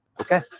okay